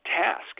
task